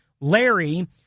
Larry